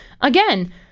again